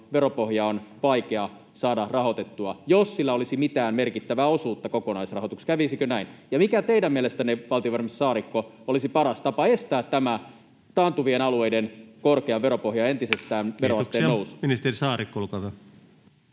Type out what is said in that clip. veropohjaa on vaikea saada rahoitettua — jos sillä olisi mitään merkittävää osuutta kokonaisrahoituksessa. Kävisikö näin? Ja mikä teidän mielestänne, valtiovarainministeri Saarikko, olisi paras tapa estää tämä taantuvien alueiden — korkea veropohja jo entisestään —